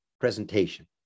presentation